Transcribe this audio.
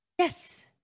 Yes